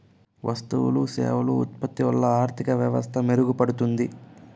వస్తువులు సేవలు ఉత్పత్తి వల్ల ఆర్థిక వ్యవస్థ మెరుగుపడుతుంది